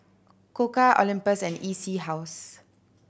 Koka Olympus and E C House